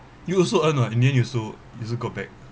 you also earn [what] and then you so you also go back